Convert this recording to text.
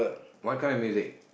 what kind of music